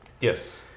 yes